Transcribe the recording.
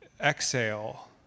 exhale